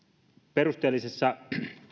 perusteellisessa